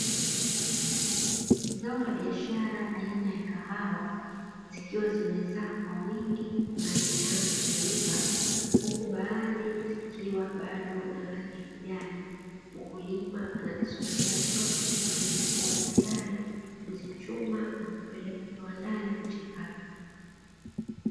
Zao la biashara aina ya kahawa zikiwa zimezaa kwa wingi na zimeanza kuiva huku baadhi zikiwa zimebaki kijani, mkulima anzisubiria zote ziweze kuwa tayari kuzichuma na kupeleka viwandani kuchakata.